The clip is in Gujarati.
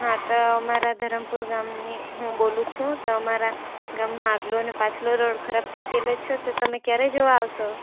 હા તો મારા ધરમપુર ગામની હું બોલું છું તો અમારા ગામમાં આગલો અને પાછલો રોડ ખરાબ થઇ ગયેલો છે તો તમે કયારે જોવા આવશો